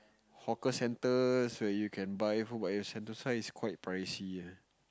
hawker centres where you can buy food but sentosa is quite pricey